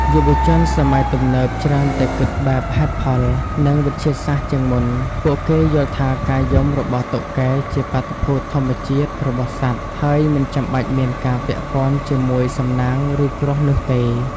យុវជនសម័យទំនើបច្រើនតែគិតបែបហេតុផល និងវិទ្យាសាស្ត្រជាងមុន។ ពួកគេយល់ថាការយំរបស់តុកែជាបាតុភូតធម្មជាតិរបស់សត្វ ហើយមិនចាំបាច់មានការពាក់ព័ន្ធជាមួយសំណាងឬគ្រោះនោះទេ។